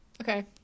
Okay